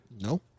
No